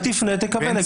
תקבל.